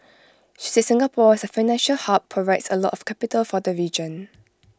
she said Singapore as A financial hub provides A lot of capital for the region